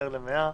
נר למאה".